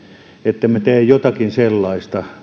ettemme tee jotakin sellaista